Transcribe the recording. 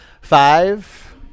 Five